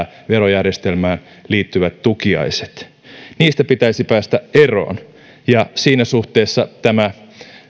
verojärjestelmään liittyvät tukiaiset niistä pitäisi päästä eroon ja siinä suhteessa tämä